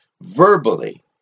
verbally